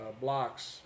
blocks